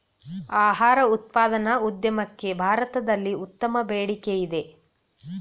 ಆಹಾರ ಉತ್ಪಾದನೆ ಉದ್ಯಮಕ್ಕೆ ಭಾರತದಲ್ಲಿ ಉತ್ತಮ ಬೇಡಿಕೆಯಿದೆ